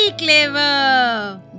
clever